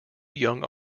young